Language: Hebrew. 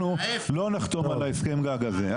אנחנו לא נחתום על הסכם הגג הזה.